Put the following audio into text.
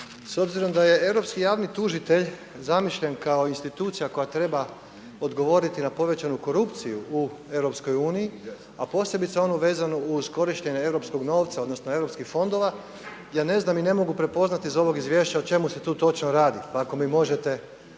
S obzirom da je europski javni tužitelj zamišljen kao institucija koja treba odgovoriti na povećanu korupciju u EU, a posebice onu vezanu uz korištenje europskog novca, odnosno EU fondova ja ne znam i ne mogu prepoznati iz ovog izvješća o čemu se tu točno radi. Pa ako mi možete